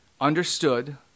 understood